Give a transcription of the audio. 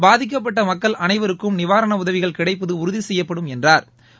பாதிக்கப்பட்ட மக்கள் அனைவருக்கும் நிவாணர உதவிகள் கிடைப்பது உறுதி செய்யப்படும் என்றாா்